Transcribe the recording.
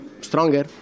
stronger